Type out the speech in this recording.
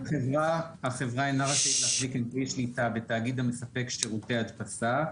החברה אינה רשאית להחזיק אמצעי שליטה בתאגיד המספק שירותי הדפסה,